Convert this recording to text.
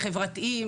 החברתיים.